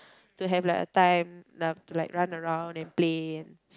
to have like a time uh to like run around and play and